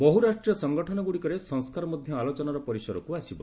ବହୁ ରାଷ୍ଟ୍ରୀୟ ସଂଗଠନ ଗୁଡ଼ିକରେ ସଂସ୍କାର ମଧ୍ୟ ଆଲୋଚନାର ପରିସରକୁ ଆସିବ